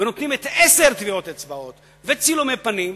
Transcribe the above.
ונותנים עשר טביעות אצבעות וצילומי פנים,